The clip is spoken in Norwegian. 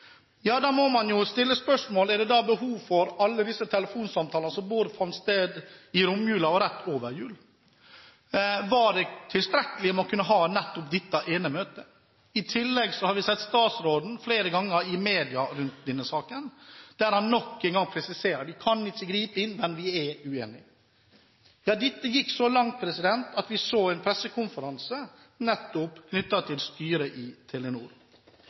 må man stille spørsmålet: Var det behov for alle disse telefonsamtalene som fant sted i romjulen og rett over jul? Var det tilstrekkelig å ha det ene møtet? I tillegg har vi flere ganger sett statsråden i media i forbindelse med denne saken, der han nok en gang har presisert: Vi kan ikke gripe inn, men vi er uenige. Dette gikk så langt at vi så en pressekonferanse knyttet til styret i Telenor.